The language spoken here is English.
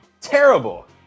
terrible